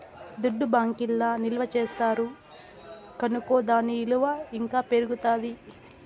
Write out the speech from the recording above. దుడ్డు బ్యాంకీల్ల నిల్వ చేస్తారు కనుకో దాని ఇలువ ఇంకా పెరుగుతాది